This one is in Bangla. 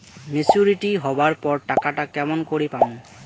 মেচুরিটি হবার পর টাকাটা কেমন করি পামু?